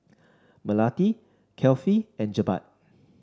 Melati Kefli and Jebat